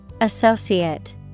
Associate